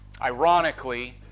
Ironically